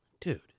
Dude